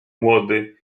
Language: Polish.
młody